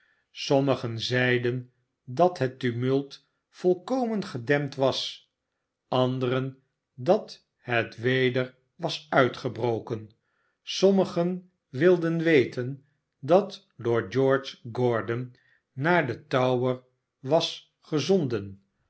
sommigen zeiden dat het tumult volkomen gedempt was anderen dat het weder was uitgebroken sommigen tvilden weten dat lord george gordon naar den tower was gezonden